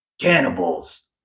cannibals